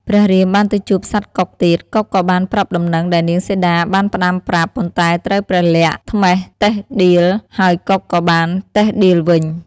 ព្រះរាមបានទៅជួបសត្វកុកទៀត កុកក៏បានប្រាប់ដំណឹងដែលនាងសីតាបានផ្ដាំប្រាប់ ប៉ុន្តែត្រូវព្រះលក្សណ៍ត្មះតិះដៀល ហើយកុកក៏បានតិះដៀលវិញ។